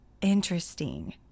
Interesting